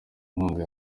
nkunga